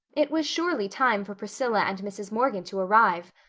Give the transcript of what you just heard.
it was surely time for priscilla and mrs. morgan to arrive.